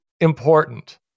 important